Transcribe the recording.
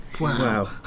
Wow